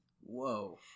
Whoa